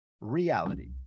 reality